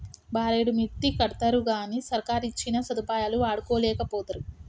బారెడు మిత్తికడ్తరుగని సర్కారిచ్చిన సదుపాయాలు వాడుకోలేకపోతరు